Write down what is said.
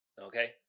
Okay